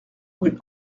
rue